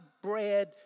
Bread